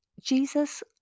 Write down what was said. jesus